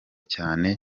cyane